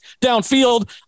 downfield